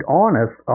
honest